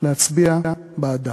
להצביע בעדה.